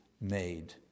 made